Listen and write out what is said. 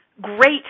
great